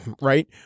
right